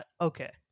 okay